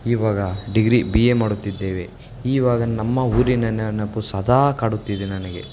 ಇವಾಗ degree B A ಮಾಡುತ್ತಿದ್ದೇವೆ ಈವಾಗ ನಮ್ಮ ಊರಿನ ನೆನಪು ಸದಾ ಕಾಡುತ್ತಿದೆ ನನಗೆ